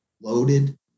loaded